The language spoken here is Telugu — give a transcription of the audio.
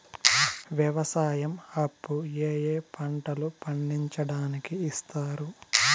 వ్యవసాయం అప్పు ఏ ఏ పంటలు పండించడానికి ఇస్తారు?